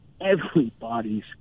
everybody's